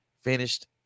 finished